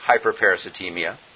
hyperparasitemia